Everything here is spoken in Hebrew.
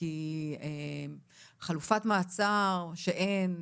כי חלופת מעצר שאין,